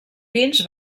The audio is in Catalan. pins